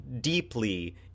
deeply